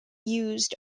used